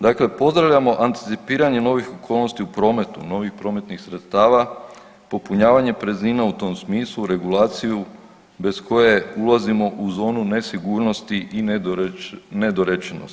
Dakle, pozdravljamo anticipiranje novih okolnosti u prometu, novih prometnih sredstava, popunjavanje praznina u tom smislu, regulaciju bez koje ulazimo u zonu nesigurnosti i nedorečenosti.